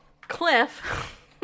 Cliff